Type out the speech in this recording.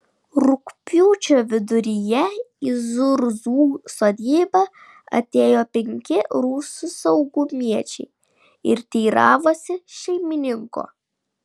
rugpjūčio viduryje į zurzų sodybą atėjo penki rusų saugumiečiai ir teiravosi šeimininko